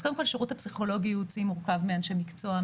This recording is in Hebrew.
קודם כל השירות הפסיכולוגי-ייעוצי מורכב מאנשי מקצוע,